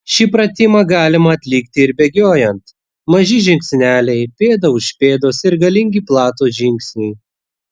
šį pratimą galima atlikti ir bėgiojant maži žingsneliai pėda už pėdos ir galingi platūs žingsniai